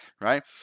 right